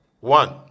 one